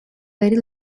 very